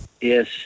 Yes